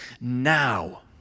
now